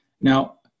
Now